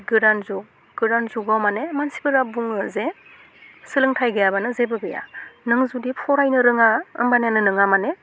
गोदान जुग गोदान जुगाव माने मानसिफोरा बुङो जे सोलोंथाइ गैयाबानो जेबो गैया नों जुदि फरायनो रोङा होमबानो नांहा माने